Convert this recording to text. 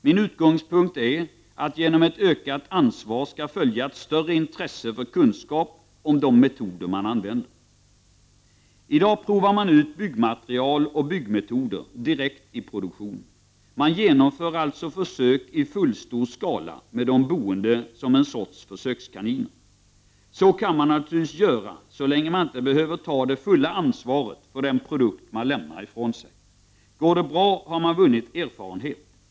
Min utgångspunkt är att ett ökat ansvar skall följas av ett större intresse för kunskap om de metoder man använder. I dag provar man ut byggmaterial och byggmetoder direkt i produktionen. Man genomför alltså försök i full skala med de boende som ett slags försökskaniner. Så kan man naturligtvis göra så länge man inte behöver ta det fulla ansvaret för den produkt man lämnar ifrån sig. Går det bra har man vunnit erfarenhet.